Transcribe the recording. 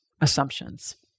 assumptions